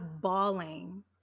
bawling